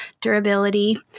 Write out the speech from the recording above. durability